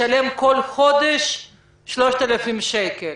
משלם כל חודש 3,000 שקל.